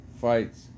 fights